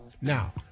now